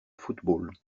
football